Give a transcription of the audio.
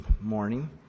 morning